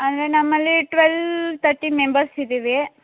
ಅಂದರೆ ನಮ್ಮಲ್ಲಿ twelve thirteen members ಇದ್ದೀವಿ